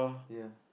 ya